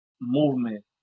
movement